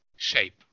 shape